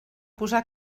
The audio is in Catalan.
posar